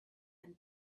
and